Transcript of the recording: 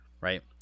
right